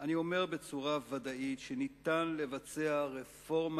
אני אומר בצורה ודאית שניתן לקיים רפורמה